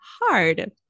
hard